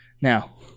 Now